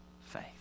faith